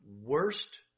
worst